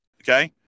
Okay